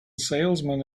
salesman